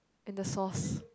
and the source